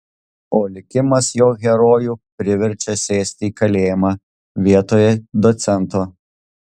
o likimas jo herojų priverčia sėsti į kalėjimą vietoj docento